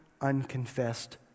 unconfessed